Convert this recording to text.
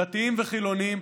דתיים וחילונים,